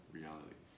reality